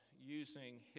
using